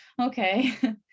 okay